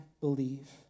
believe